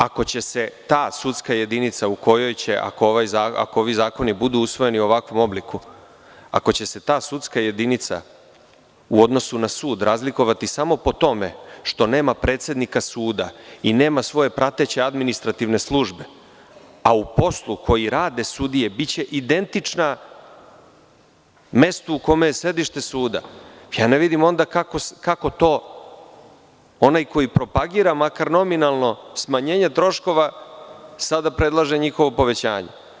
Ako će se ta sudska jedinica, u kojoj će ako ovi zakoni budu usvojeni u ovakvom obliku, ako će se ta sudska jedinica u odnosu na sud razlikovati samo po tome što nema predsednika suda i nema svoje prateće administrativne službe, a u poslu koji rade sudije biće identična mestu u kome je sedište suda, ne vidim onda kako to onaj koji propagira makar i nominalno smanjenje troškova sada predlaže njihovo povećanje.